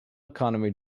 economy